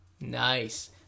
Nice